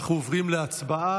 אנחנו עוברים להצבעה.